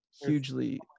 hugely